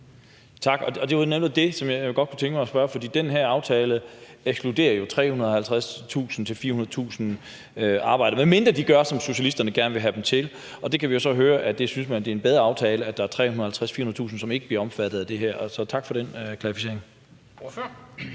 Tak. Det var nemlig det, jeg godt kunne tænke mig at spørge om. For den her aftale ekskluderer jo 350.000-400.000 arbejdere, medmindre de gør, som socialisterne gerne vil have dem til, og vi kan så høre, at man synes, at det er en bedre aftale, at der er 350.000-400.000, som ikke bliver omfattet af det her. Så tak for den klarificering.